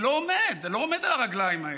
זה לא עומד, זה לא עומד על הרגליים האלה.